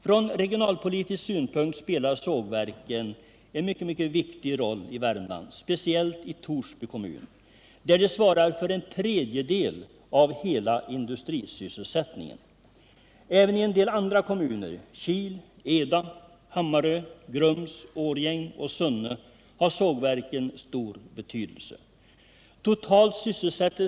Från regionalpolitisk synpunkt spelar sågverken en viktig roll i Värmland, speciellt i Torsby kommun, där de svarar för en tredjedel av hela industrisysselsättningen. Även i en del andra kommuner — Kil, Eda, Hammarö, Grums, Årjäng och Sunne — har sågverken stor betydelse. Totalt sysselsätter.